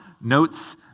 notes